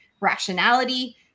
rationality